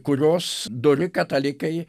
kurios dori katalikai